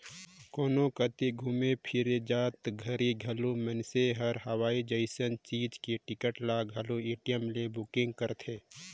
कोनो कति घुमे फिरे जात घरी घलो मइनसे हर हवाई जइसन चीच के टिकट ल घलो पटीएम ले बुकिग करथे